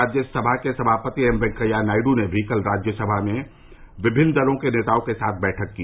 राज्यसभा के सभापति एम वेंकैया नायडू ने भी कल राज्यसभा में विभिन्न दलों के नेताओं के साथ बैठक की